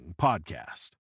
Podcast